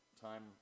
time